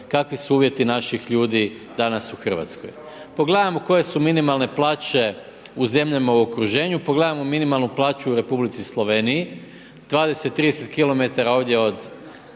kakvi su uvjeti naših ljudi u danas Hrvatskoj. Pogledajmo koje su minimalne plaće u zemljama u okruženju, pogledajmo minimalnu plaću u Republici Sloveniji, 20, 30 km ovdje od